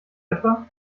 etwa